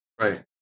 Right